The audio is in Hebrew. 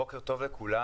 בוקר טוב לכולם,